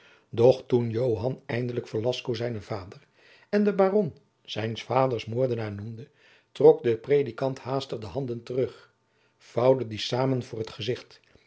doch toen joan eindelijk velasco zijnen vader en den baron zijns vaders moordenaar noemde trok de predikant haastig de handen terug vouwde die samen voor t gezicht